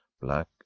black